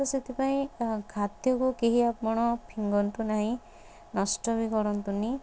ତ ସେଥିପାଇଁ ଖାଦ୍ଯକୁ କେହି ଆପଣ ଫିଙ୍ଗନ୍ତୁ ନାହିଁ ନଷ୍ଟ ବି କରନ୍ତୁନୀ